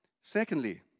Secondly